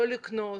לא לקנוס,